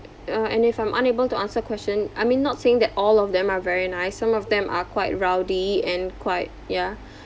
uh and if I'm unable to answer question I mean not saying that all of them are very nice some of them are quite rowdy and quite ya